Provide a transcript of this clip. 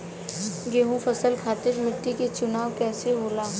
गेंहू फसल खातिर मिट्टी के चुनाव कईसे होला?